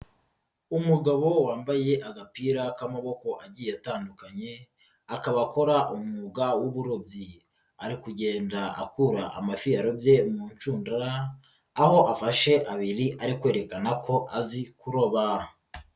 Umugabo wambaye agapira k'amaboko agiye atandukanye, akaba akora umwuga w'uburobyi ari kugenda akura amafi yarobye mu nshundura, aho afashe abiri ari kwerekana ko azi kurobara.